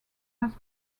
mass